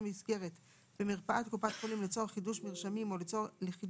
מסגרת במרפאת קופת חולים לצורך חידוש מרשמים או לחידוש